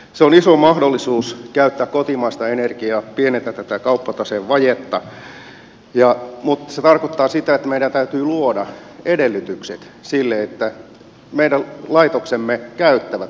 se on iso mahdollisuus käyttää kotimaista energiaa ja pienentää tätä kauppataseen vajetta mutta se tarkoittaa sitä että meidän täytyy luoda edellytykset sille että meidän laitoksemme käyttävät kotimaista energiaa